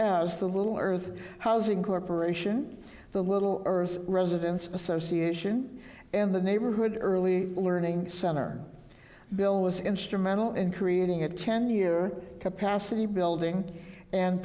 as the little earth housing corporation the little earth residence association and the neighborhood early learning center on bill was instrumental in creating a ten year capacity building and